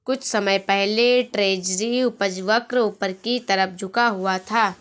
कुछ समय पहले ट्रेजरी उपज वक्र ऊपर की तरफ झुका हुआ था